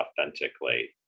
authentically